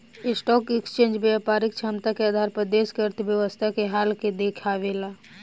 stock exchange व्यापारिक क्षमता के आधार पर देश के अर्थव्यवस्था के हाल के देखावेला